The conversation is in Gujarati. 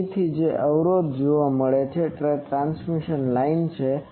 તેથી અહીંથી જે અવરોધ જોવા મળે છે તે આ ટ્રાન્સમિશન લાઇન છે